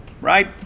right